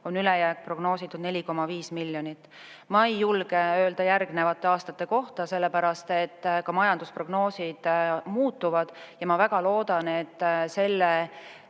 ülejääk: 4,5 miljonit. Ma ei julge öelda järgnevate aastate kohta, sellepärast et ka majandusprognoosid muutuvad. Ma väga loodan, et selle